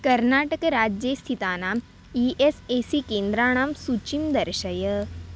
कर्नाटकराज्ये स्थितानाम् E S A C केन्द्राणां सूचीं दर्शय